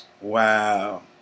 Wow